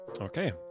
Okay